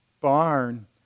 barn